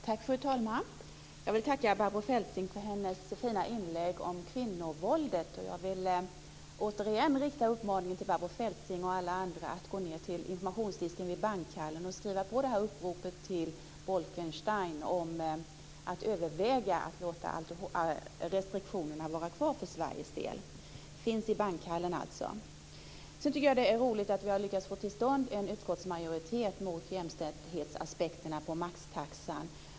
Fru talman! Jag vill tacka Barbro Feltzing för hennes fina inlägg om kvinnovåldet. Jag vill återigen rikta uppmaningen till Barbro Feltzing och alla andra att gå ned till informationsdisken i Bankhallen och skriva på uppropet till Bolkenstein att överväga att låta alkoholrestriktionerna vara kvar för Sveriges del. Det finns en lista i Bankhallen. Sedan tycker jag att det är roligt att vi har lyckats få till stånd en utskottsmajoritet mot jämställdhetsaspekterna på maxtaxan.